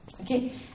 Okay